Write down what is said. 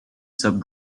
sub